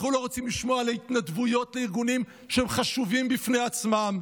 אנחנו לא רוצים לשמוע על התנדבויות לארגונים שהם חשובים בפני עצמם.